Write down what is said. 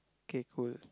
k cool